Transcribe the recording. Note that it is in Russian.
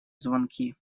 звонки